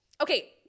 Okay